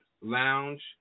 Lounge